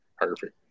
Perfect